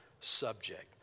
subject